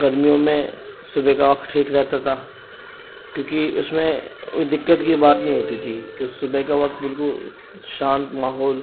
گرمیوں میں صبح کا وقت ٹھیک رہتا تھا کیونکہ اس میں کوئی دقت کی بات نہیں ہوتی تھی کہ صبح کے وقت بالکل شانت ماحول